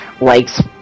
likes